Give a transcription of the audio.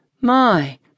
My